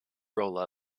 roll